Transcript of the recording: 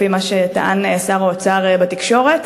לפי מה שטען שר האוצר בתקשורת.